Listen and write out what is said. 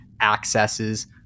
accesses